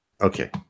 okay